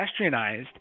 pedestrianized